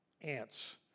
ants